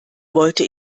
wollte